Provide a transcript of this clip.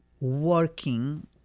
working